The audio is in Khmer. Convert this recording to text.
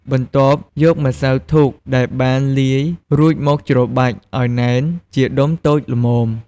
បន្ទាប់យកម្សៅធូបដែលបានលាយរួចមកច្របាច់ឱ្យណែនជាដុំតូចល្មម។